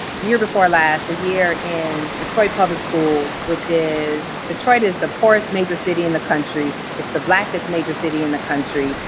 year before last, a year in detroit public schools, which is. detroit is the poorest major city in the country. it's the blackest major city in the country.